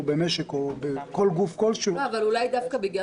במשק או בגוף כלשהו --- אולי דווקא בגלל